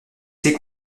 c’est